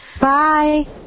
Bye